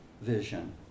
vision